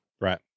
Right